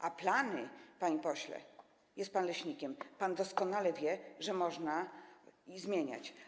A plany - panie pośle, jest pan leśnikiem i pan doskonale to wie - można zmieniać.